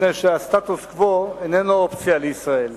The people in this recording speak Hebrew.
מפני שהסטטוס-קוו איננו אופציה לישראל.